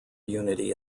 unity